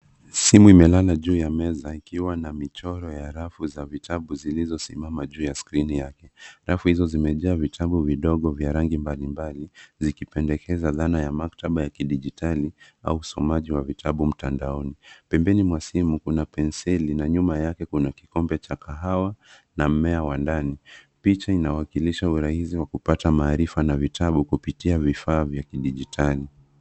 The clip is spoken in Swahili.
Simu imelala juu ya meza ikiwa na michoro ya rafu za vitabu zilizosimama juu ya skrini yake. Rafu hizo zimejaa vitabu vidogo vya rangi mbalimbali zikipendekeza dhana ya maktaba ya kidijitali au usomaji wa vitabu mtandaoni. Pembeni mwa simu kuna penseli na nyuma yake kuna kikombe cha kahawa na mmea wa ndani. Picha inawakilisha urahisi wa kupata marifaa na vitabu kupitia vifaa vya kidijitali.